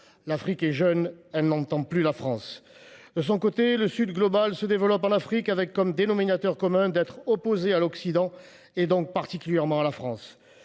L’Afrique est jeune. Elle n’attend plus la France. De son côté, le Sud global se développe en Afrique, avec comme dénominateur commun d’être opposé à l’Occident, donc particulièrement à la France.